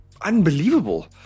unbelievable